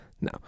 no